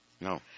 No